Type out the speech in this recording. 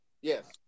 Yes